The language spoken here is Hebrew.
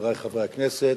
חברי חברי הכנסת,